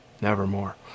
Nevermore